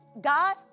God